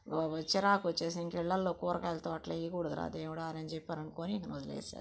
బాబోయ్ చిరాకోస్చేసి ఇంక ఇళ్లల్లో కూరగాయల తోటలు వెయ్యకూడదురా దేవుడా అనిచెప్పి అనుకుని ఇంక వదిలేసేసా